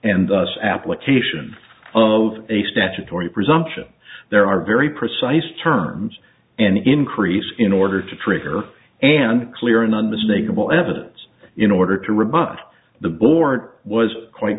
and thus application of a statutory presumption there are very precise terms and increase in order to trigger an clear and unmistakable evidence in order to rebuff the board was quite